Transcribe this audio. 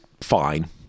fine